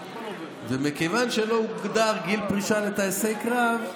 מכיוון שלא הוגדר גיל פרישה לטייסי קרב,